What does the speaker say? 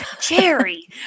Jerry